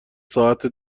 ساعت